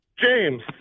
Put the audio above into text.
James